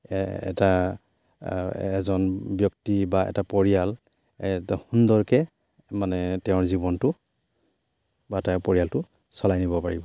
এটা এজন ব্যক্তি বা এটা পৰিয়াল সুন্দৰকৈ মানে তেওঁৰ জীৱনটো বা তেওঁৰ পৰিয়ালটো চলাই নিব পাৰিব